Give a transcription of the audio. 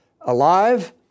alive